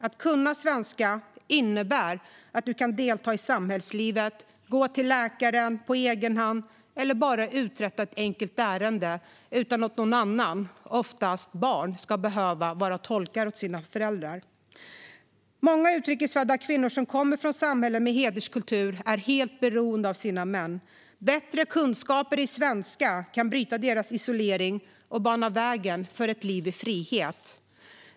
Att kunna svenska innebär att man som vuxen kan delta i samhällslivet, gå till läkaren på egen hand eller bara uträtta ett enkelt ärende utan att någon annan, inte sällan ett barn, ska behöva vara tolk. Många utrikesfödda kvinnor som kommer från samhällen med hederskultur är helt beroende av sina män. Bättre kunskaper i svenska kan bryta deras isolering och bana vägen för ett liv i frihet.